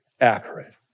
accurate